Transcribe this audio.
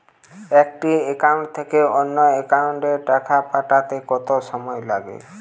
একটি একাউন্ট থেকে অন্য একাউন্টে টাকা পাঠাতে কত সময় লাগে?